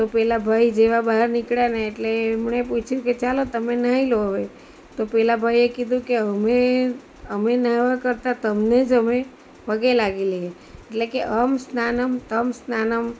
તો પેલા ભાઈ જેવા બહાર નીકળ્યા ને એટલે એમણે પૂછ્યું કે ચાલો તમે નાહી લો હવે તો પેલા ભાઈએ કીધું કે અમે અમે નાહવા કરતા તમને જ અમે પગે લાગી લઇએ એટલે કે અહંમ સ્નાનમ તમ સ્નાનમ